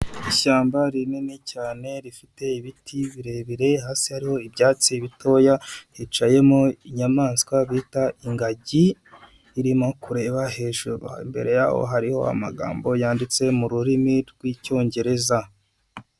Ishyamba rinini cyane rifite ibiti birebire hasi hariho ibyatsi bitoya hicayemo inyamaswa bita ingagi, irimo kureba hejuru imbere yaho hariho amagambo yanditse mu rurimi rw'icyongereza.